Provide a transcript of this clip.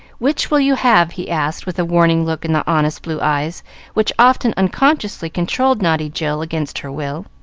which will you have? he asked, with a warning look in the honest blue eyes which often unconsciously controlled naughty jill against her will.